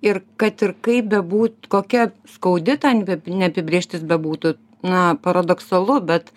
ir kad ir kaip bebūt kokia skaudi ta neapibrėžtis bebūtų na paradoksalu bet